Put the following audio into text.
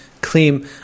claim